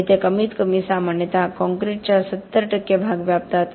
आणि ते कमीतकमी सामान्यतः कंक्रीटच्या 70 टक्के भाग व्यापतात